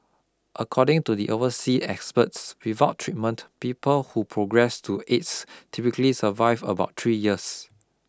according to the oversea experts without treatment people who progress to AIDS typically survive about three years